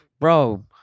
Bro